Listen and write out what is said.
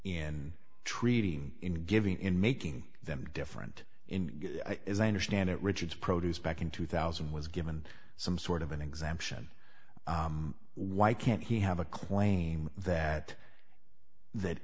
in treating in giving in making them different in as i understand it richard's produce back in two thousand was given some sort of an exemption why can't he have a claim that that